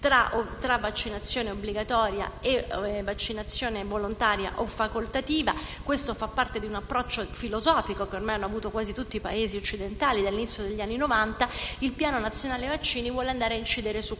tra vaccinazione obbligatoria e vaccinazione volontaria o facoltativa, ma questo fa parte di un approccio filosofico che ormai hanno avuto quasi tutti i Paesi occidentali dall'inizio degli anni Novanta. Il Piano nazionale prevenzione vaccinale vuole andare a incidere su questo,